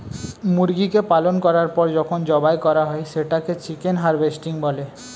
মুরগিকে পালন করার পর যখন জবাই করা হয় সেটাকে চিকেন হারভেস্টিং বলে